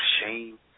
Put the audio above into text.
shame